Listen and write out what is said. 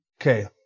Okay